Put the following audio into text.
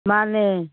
ꯃꯥꯟꯅꯦ